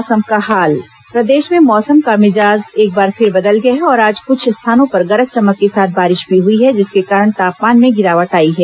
मौसम प्रदेश में मौसम का मिजाज एक बार फिर बदल गया है और आज कुछ स्थानों पर गरज चमक के साथ बारिश भी हुई है जिसके कारण तापमान में गिरावट आई है